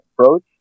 approach